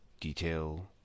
detail